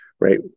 right